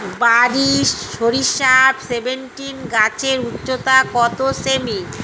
বারি সরিষা সেভেনটিন গাছের উচ্চতা কত সেমি?